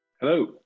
Hello